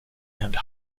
and